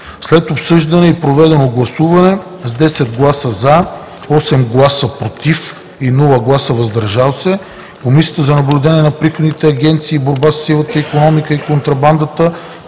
След обсъждането и проведеното гласуване: с 10 гласа „за“, 8 гласа „против“ и без „въздържал се“, Комисията за наблюдение на приходните агенции и борба със сивата икономика и контрабандата